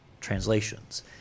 translations